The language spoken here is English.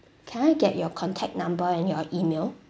can I get your contact number and your email